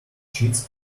cheats